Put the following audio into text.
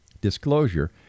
disclosure